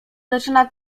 zaczyna